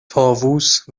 طاووس